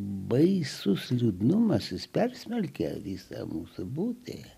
baisus liūdnumas jis persmelkia visą mūsų būtį